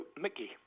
Mickey